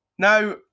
Now